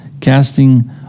Casting